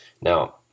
Now